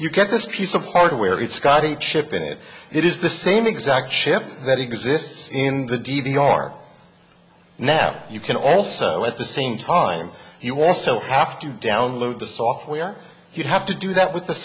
you get this piece of hardware it's got a chip in it and it is the same exact ship that exists in the d v r now you can also at the same time you also have to download the software you have to do that with the